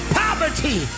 poverty